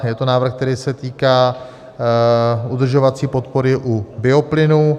Je to návrh, který se týká udržovací podpory u bioplynu.